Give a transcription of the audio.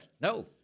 No